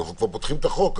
אנחנו כבר פותחים את החוק,